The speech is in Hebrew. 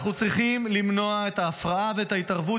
אנחנו צריכים למנוע את ההפרעה ואת ההתערבות